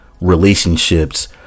relationships